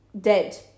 dead